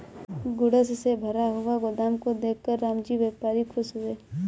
goods से भरा हुआ गोदाम को देखकर रामजी व्यापारी खुश हुए